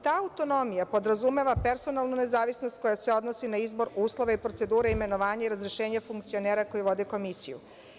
Ta autonomija podrazumeva personalnu nezavisnost koja se odnosi na izbor, uslove i procedure, imenovanje i razrešenje funkcionera koji vode Komisiju.